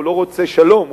הוא לא רוצה שלום,